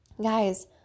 Guys